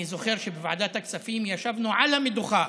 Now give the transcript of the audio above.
אני זוכר שבוועדת הכספים ישבנו על המדוכה